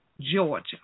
Georgia